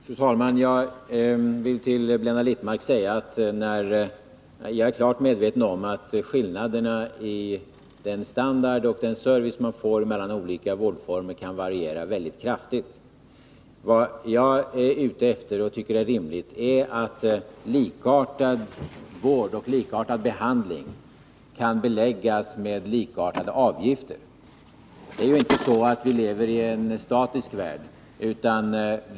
Fru talman! Jag vill till Blenda Littmarck säga att jag är klart medveten om att den standard och den service man får i olika vårdformer kan variera kraftigt. Vad jag är ute efter och tycker är rimligt är att likartad vård och likartad behandling kan beläggas med likartade avgifter. Det är ju inte så att vi lever i en statisk värld.